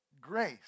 grace